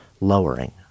lowering